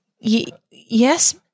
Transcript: yes